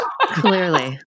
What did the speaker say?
clearly